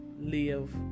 live